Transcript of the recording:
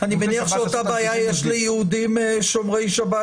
אני מניח שאותה בעיה יש ליהודים שומרי שבת